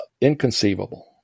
inconceivable